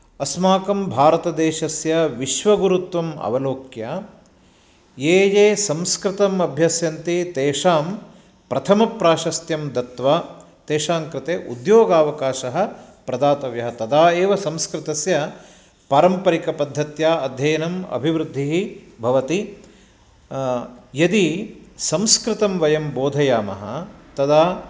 अस्माकं भारतदेशस्य विश्वगुरुत्वम् अवलोक्य ये ये संस्कृतम् अभ्यस्यन्ति तेषां प्रथमप्राशस्त्यं दत्वा तेषां कृते उद्योगावकाशः प्रदातव्यः तदा एव संस्कृतस्य पारम्परिकपद्धत्या अध्ययनं अभिवृद्धिः भवति यदि संस्कृतं वयं बोधयामः तदा